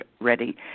ready